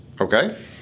Okay